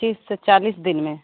तीस से चालीस दिन में